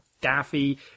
daffy